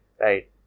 Right